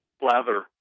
blather